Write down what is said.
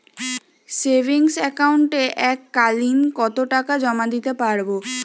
Savings একাউন্টে এক কালিন কতটাকা জমা দিতে পারব?